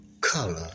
color